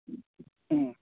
ꯎꯝ